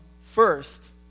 first